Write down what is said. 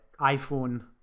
iphone